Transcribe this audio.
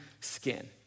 skin